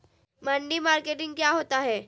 मंडी मार्केटिंग क्या होता है?